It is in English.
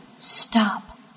stop